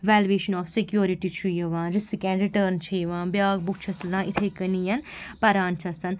valuation of security چھُ یِوان risk and return چھِ یِوان بیٛاکھ بُک چھیٚس تُلان یِتھٔے کٔنۍ پَران چھیٚس